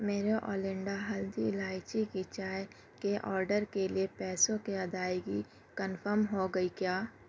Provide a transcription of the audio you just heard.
میرے اولنڈا ہلدی الائچی کی چائے کے آرڈر کے لیے پیسوں کی ادائیگی کنفرم ہو گئی کیا